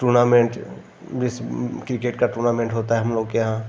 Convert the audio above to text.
tournament विस्व cricket का tournament होता है हम लोग के यहाँ